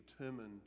determined